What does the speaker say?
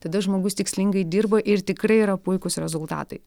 tada žmogus tikslingai dirba ir tikrai yra puikūs rezultatai